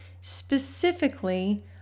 specifically